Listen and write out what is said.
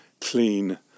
clean